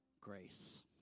Grace